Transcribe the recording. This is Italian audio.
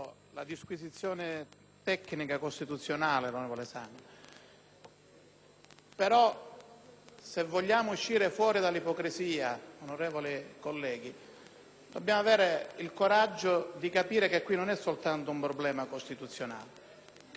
però se vogliamo uscire fuori dall'ipocrisia, onorevoli colleghi, dobbiamo avere il coraggio di capire che qui non è soltanto un problema costituzionale; qui purtroppo, non certamente per responsabilità di quest'Assemblea,